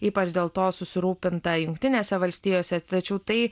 ypač dėl to susirūpinta jungtinėse valstijose tačiau tai